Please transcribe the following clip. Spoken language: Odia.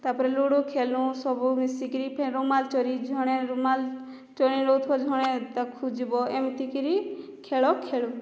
ତାପରେ ଲୁଡ଼ୁ ଖେଲୁଁ ସବୁ ମିଶିକିରି ଫେର ରୁମାଲ ଚୋରି ଝଣେ ରୁମାଲ ଚୋରାଇ ନେଉଥିବ ଝଣେ ତାକୁ ଖୁଜିବ ଏମିତିକିରି ଖେଳ ଖେଳୁ